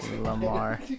Lamar